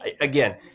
again